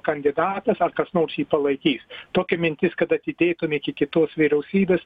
kandidatas ar kas nors jį palaikys tokia mintis kad atidėtume iki kitos vyriausybės